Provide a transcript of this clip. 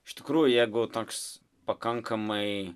iš tikrųjų jeigu toks pakankamai